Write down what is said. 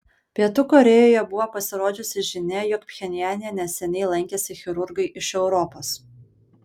pietų korėjoje buvo pasirodžiusi žinia jog pchenjane neseniai lankėsi chirurgai iš europos